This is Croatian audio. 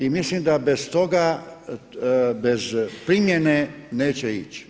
I mislim da bez toga, bez primjene neće ići.